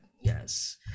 yes